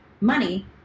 money